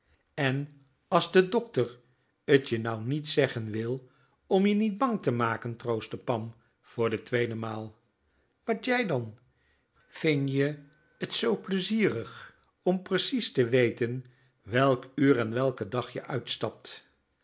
en as de dokter t je nou niet zeggen wil om je niet bang te maken troostte pam voor de tweede maal wat jij dan vin je t zoo pleizierig om precies te weten welk uur en welken dag je uitstapt